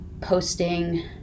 posting